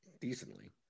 decently